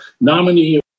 nominee